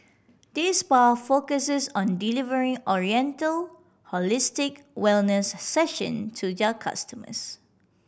this spa focuses on delivering oriental holistic wellness session to their customers